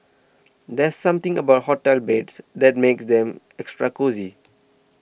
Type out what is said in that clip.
there's something about hotel beds that makes them extra cosy